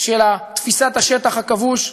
של תפיסת השטח הכבוש,